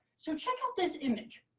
so check out this image.